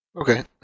Okay